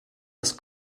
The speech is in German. das